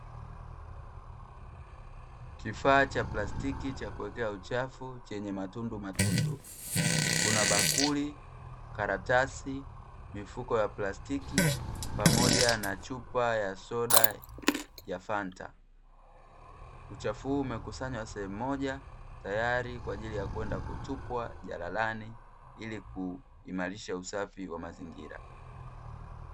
Kifaa cha plastiki cha kuwekea uchafu chenye matundumatundu. Kuna bakuli, karatasi, mifuko ya plastiki pamoja na chupa ya soda ya Fanta. Uchafu huu umekusanywa sehemu moja tayari kwa ajili ya kwenda kutupwa jalalani ili kuimarisha usafi wa mazingira.